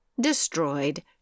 destroyed